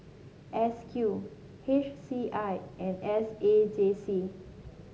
S Q H C I and S A J C